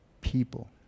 people